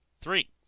three